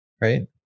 right